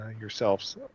yourselves